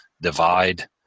divide